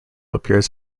appears